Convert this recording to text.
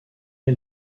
est